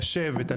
בוקר טוב לכולם.